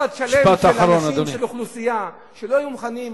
את האוכלוסייה שלא היו מוכנים,